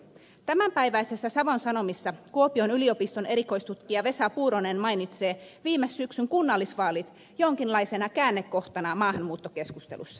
tämänpäiväisessä savon sanomissa kuopion yliopiston erikoistutkija vesa puuronen mainitsee viime syksyn kunnallisvaalit jonkinlaisena käännekohtana maahanmuuttokeskustelussa